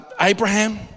Abraham